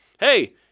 hey